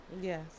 Yes